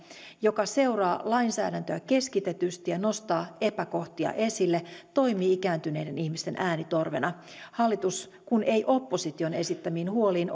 joka seuraa lainsäädäntöä keskitetysti ja nostaa epäkohtia esille toimii ikääntyneiden ihmisten äänitorvena hallitus kun ei opposition esittämiin huoliin